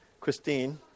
Christine